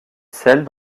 sels